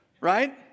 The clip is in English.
Right